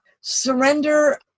Surrender